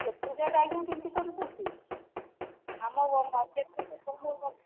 ଏତେ ରେଟ ଆଜ୍ଞା କେମିତି କରୁଛନ୍ତି ଆମର ମାର୍କେଟରେ ତ କମ ଅଛି